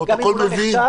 הפרוטוקול מבין.